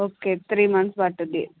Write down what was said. okay three months పడుతుంది